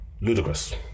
Ludicrous